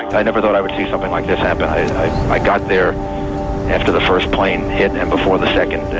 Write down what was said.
i never thought i would see something like this happen. i i got there after the first plane hit and before the second.